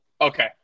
Okay